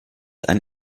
ein